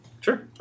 Sure